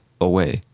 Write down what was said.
away